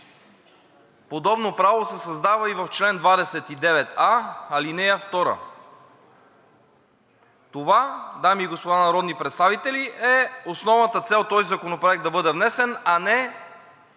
Подобно право се създава и в чл. 29а, ал. 2. Това, дами и господа народни представители, е основната цел този законопроект да бъде внесен, а не